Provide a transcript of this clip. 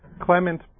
Clement